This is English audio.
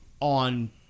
on